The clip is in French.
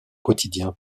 quotidien